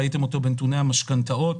וראיתם אותו בנתוני המשכנתאות.